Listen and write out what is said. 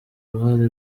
ruhare